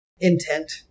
intent